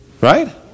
Right